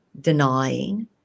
denying